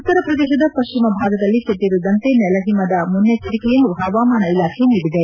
ಉತ್ತರ ಪ್ರದೇಶದ ಪಶ್ಚಿಮ ಭಾಗದಲ್ಲಿ ಚದುರಿದಂತೆ ನೆಲ ಹಿಮದ ಮುನ್ನೆಚ್ಲರಿಕೆಯನ್ನ ಹವಾಮಾನ ಇಲಾಖೆ ನೀಡಿದೆ